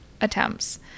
...attempts